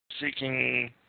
seeking